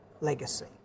legacy